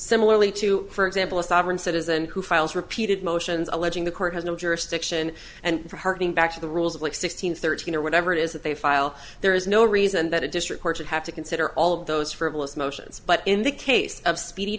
similar way too for example a sovereign citizen who files repeated motions alleging the court has no jurisdiction and for harking back to the rules of like sixteen thirteen or whatever it is that they file there is no reason that a district court should have to consider all of those for of us motions but in the case of speedy